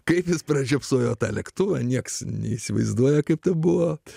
kaip jis pražiopsojo tą lėktuvą niekas neįsivaizduoja kaip tebuvote